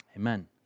Amen